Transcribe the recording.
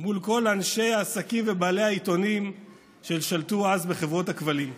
מול כל אנשי העסקים ובעלי העיתונים ששלטו אז בחברות הכבלים.